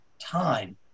time